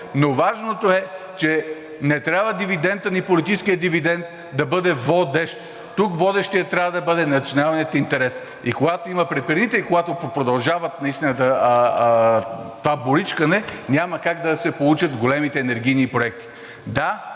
но важното е, че не трябва дивидентът ни – политическият дивидент, да бъде водещ. Тук водещ трябва да бъде националният интерес. И когато има препирни, и когато продължава наистина това боричкане, няма как да се получат големите енергийни проекти. Да,